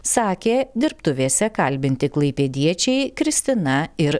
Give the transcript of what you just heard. sakė dirbtuvėse kalbinti klaipėdiečiai kristina ir